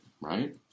right